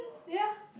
ya